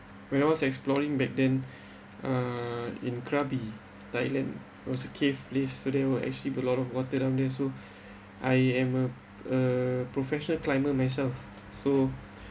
when I was exploring back then uh in krabi thailand was a cave place so there were actually a lot of water down there so I am a a professional climber myself so